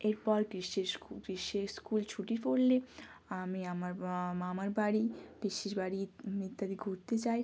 এরপর গ্রীষ্মের গ্রীষ্মে স্কুল ছুটি পড়লে আমি আমার মামার বাড়ি পিসির বাড়ি ইত্যাদি ঘুরতে যাই